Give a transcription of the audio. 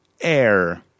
air